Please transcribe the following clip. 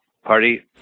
Party